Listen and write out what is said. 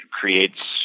creates